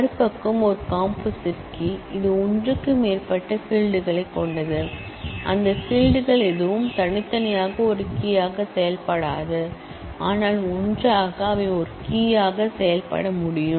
மறுபக்கம் ஒரு composite key இது ஒன்றுக்கு மேற்பட்ட ஃபீல்ட் களைக் கொண்டுள்ளது அந்த ஃபீல்ட் கள் எதுவும் தனித்தனியாக ஒரு கீ ஆக செயல்பட முடியாது ஆனால் ஒன்றாக அவை ஒரு கீ ஆக செயல்பட முடியும்